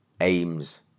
aims